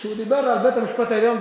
כשהוא דיבר על בית-המשפט העליון,